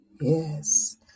Yes